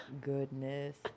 Goodness